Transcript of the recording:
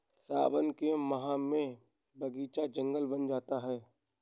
सावन के माह में बगीचा जंगल बन जाता है